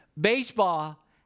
Baseball